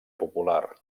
popular